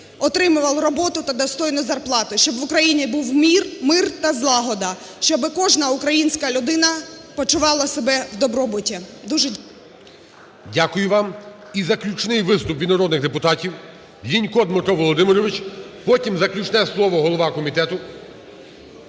отримувала роботу та достойну зарплату. Щоб в Україні був мир та злагода, щоби кожна українська людина почувала себе в добробуті. Дуже дякую. ГОЛОВУЮЧИЙ. Дякую вам. І заключний виступ від народних депутатів. Лінько Дмитро Володимирович. Потім заключне слово – голова комітету.